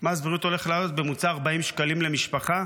מס בריאות הולך להיות בממוצע 40 שקלים למשפחה.